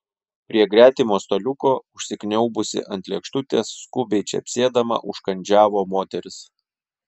prie gretimo staliuko užsikniaubusi ant lėkštutės skubiai čepsėdama užkandžiavo moteris